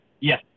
Yes